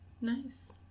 Nice